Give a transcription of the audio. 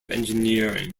engineering